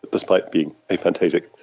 despite being aphantasic.